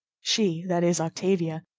she, that is, octavia,